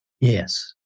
Yes